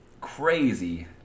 crazy